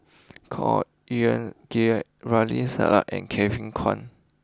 Khor Ean Ghee Ramli Sarip and Kevin Kwan